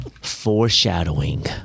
Foreshadowing